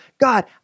God